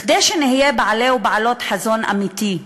כדי שנהיה בעלי ובעלות חזון אמיתי,